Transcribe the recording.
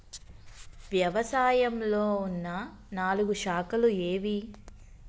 వ్యవసాయంలో ఉన్న నాలుగు శాఖలు ఏవి?